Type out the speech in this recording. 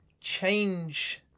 change